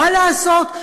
מה לעשות,